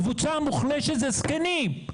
הקבוצה המוחלשת היא זקנים,